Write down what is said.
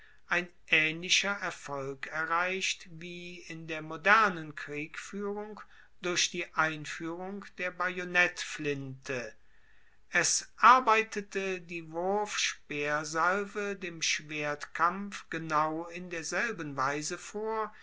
ein aehnlicher erfolg erreicht wie in der modernen kriegfuehrung durch die einfuehrung der bajonettflinte es arbeitete die wurfspeersalve dem schwertkampf genau in derselben weise vor